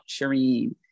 shireen